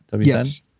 Yes